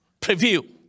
Preview